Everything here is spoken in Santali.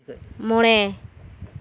ᱢᱚᱬᱮ